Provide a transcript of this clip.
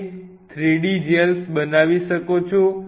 તમે 3D gel બનાવી શકો છો